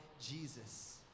Jesus